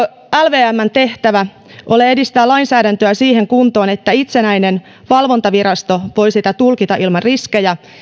lvmn tehtävä ole edistää lainsäädäntöä siihen kuntoon että itsenäinen valvontavirasto voi sitä tulkita ilman riskejä